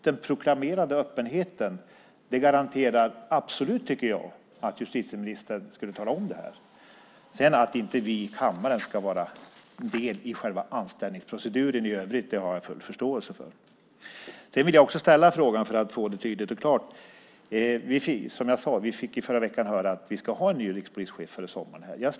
Den proklamerade öppenheten garanterar absolut, tycker jag, att justitieministern skulle tala om det här. Att vi här i kammaren inte ska vara med i själva anställningsproceduren i övrigt har jag full förståelse för. Sedan vill jag ställa ytterligare en fråga för att få det här tydligt och klart. Vi fick i förra veckan höra att vi ska ha en ny rikspolischef före sommaren.